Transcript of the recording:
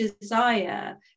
desire